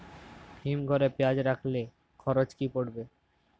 হিম ঘরে পেঁয়াজ রাখলে খরচ কি পড়বে?